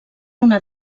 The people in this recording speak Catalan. una